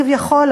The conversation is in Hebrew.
כביכול,